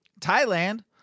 Thailand